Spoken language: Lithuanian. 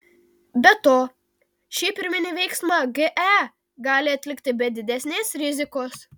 be to šį pirminį veiksmą ge gali atlikti be didesnės rizikos